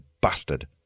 bastard